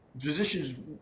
physicians